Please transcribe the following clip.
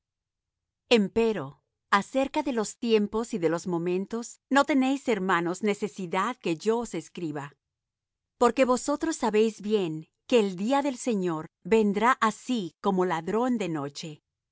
palabras empero acerca de los tiempos y de los momentos no tenéis hermanos necesidad de que yo os escriba porque vosotros sabéis bien que el día del señor vendrá así como ladrón de noche